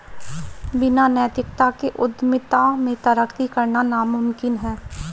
बिना नैतिकता के उद्यमिता में तरक्की करना नामुमकिन है